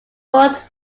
fourth